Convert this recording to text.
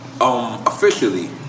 officially